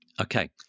Okay